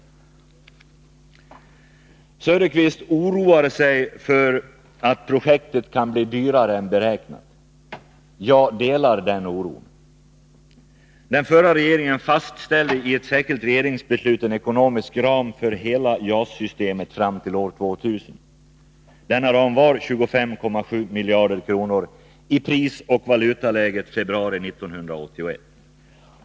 Oswald Söderqvist oroar sig för att projektet kan bli dyrare än beräknat. Jag delar den oron. Den förra regeringen fastställde i ett särskilt regeringsbeslut en ekonomisk ram för hela JAS-systemet fram till år 2000. Denna ram var 25,7 miljarder kronor i det prisoch valutaläge som rådde i februari 1981.